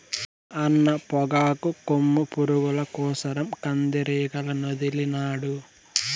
మా అన్న పొగాకు కొమ్ము పురుగుల కోసరం కందిరీగలనొదిలినాడు